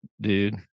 dude